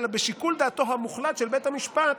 אלא זה שיקול דעתו המוחלט של בית המשפט